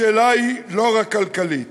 השאלה היא לא רק כלכלית.